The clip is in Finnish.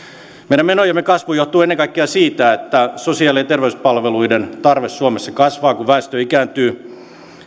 meidän menojemme kasvu johtuu ennen kaikkea siitä että sosiaali ja terveyspalveluiden tarve suomessa kasvaa kun väestö ikääntyy